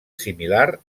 similar